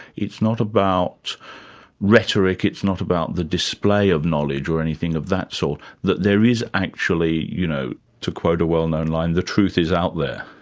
it's not about rhetoric, it's not about the display of knowledge or anything of that sort, that there is actually, you know to quote a well-known line, the truth is out there.